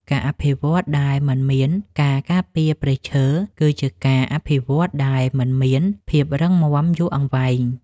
ការអភិវឌ្ឍដែលមិនមានការការពារព្រៃឈើ គឺជាការអភិវឌ្ឍដែលមិនមានភាពរឹងមាំយូរអង្វែង។